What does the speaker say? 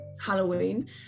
Halloween